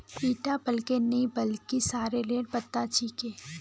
ईटा पलकेर नइ बल्कि सॉरेलेर पत्ता छिके